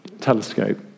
telescope